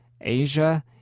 Asia